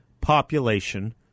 population